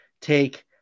take